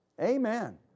Amen